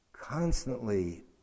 constantly